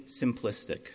simplistic